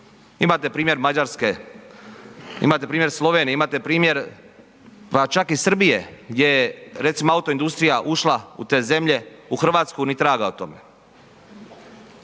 Imate primjer Mađarske, imate primjer Slovenije, imate primjer pa čak i Srbije gdje je recimo autoindustrija ušla u te zemlja u Hrvatsku ni traga o tome.